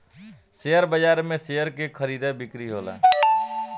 share बाजार में share के खरीदा बिक्री होला